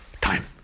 time